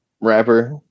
rapper